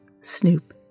Snoop